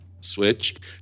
switch